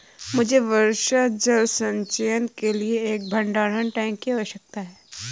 मुझे वर्षा जल संचयन के लिए एक भंडारण टैंक की आवश्यकता है